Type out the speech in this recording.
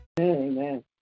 amen